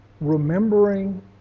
remembering